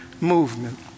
movement